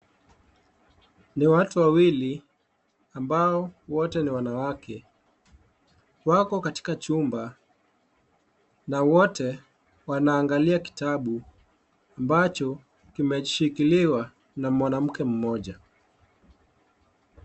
Ni watu wawili ambao wote ni wanawake. Wako katika chumba na wote wanaangalia kitabu ambacho kimeshikiliwa na mwanamke mmoja.